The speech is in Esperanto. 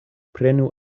prenu